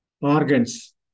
organs